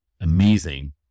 amazing